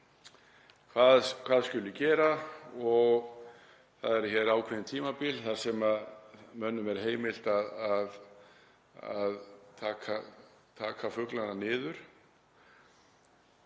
hvað skuli gera og það eru hér ákveðin tímabil þar sem mönnum er heimilt að taka fuglana niður.